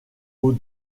aux